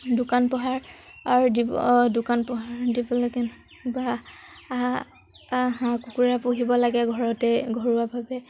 দোকান পোহাৰ দিব দোকান পোহাৰ দিব লাগে বা হাঁহ কুকুৰা পুহিব লাগে ঘৰতে ঘৰুৱাভাৱে